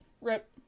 rip